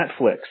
Netflix